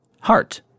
Heart